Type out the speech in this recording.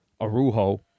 Arujo